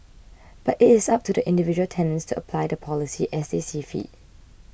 but it is up to individual tenants to apply the policy as they see fit